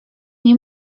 nie